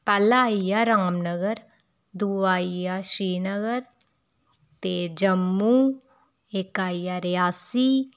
पैह्ला आई गेआ रामनगर दूआ आई गेआ श्रीनगर ते जम्मू इक आई गेआ रेयासी